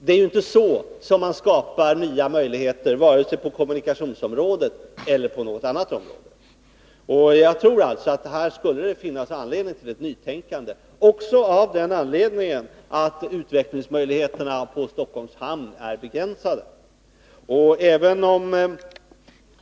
Det är ju inte genom att resonera så man skapar nya möjligheter vare sig på kommunikationsområdet eller på något annat område. Jag tror att ett nytänkande skulle vara motiverat här, också av den anledningen att utvecklingsmöjligheterna för Stockholms hamn är begränsade.